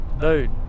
dude